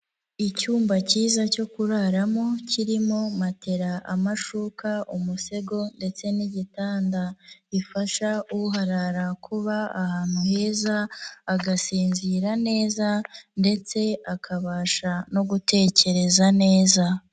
Icyumba kiza cyo kuraramo kirimo matera amashuka umusego ndetse n'igitanda, bifasha uharara kuba ahantu heza, agasinzira neza, ndetse akabasha no gutekereza neza.